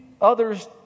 others